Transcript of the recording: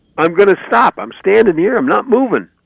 i'm going to stop. i'm standing here. i'm not moving.